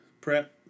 Prep